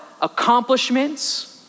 accomplishments